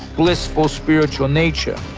blissful spiritual nature.